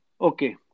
Okay